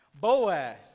Boaz